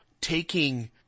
taking